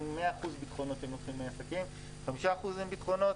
שהם לוקחים מהעסקים 100% ביטחונות.